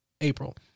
April